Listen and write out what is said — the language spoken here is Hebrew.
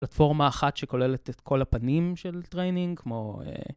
פלטפורמה אחת שכוללת את כל הפנים של טריינינג, כמו...